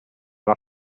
alla